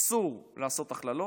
אסור לעשות הכללות,